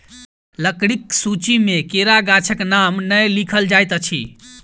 लकड़ीक सूची मे केरा गाछक नाम नै लिखल जाइत अछि